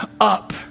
up